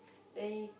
they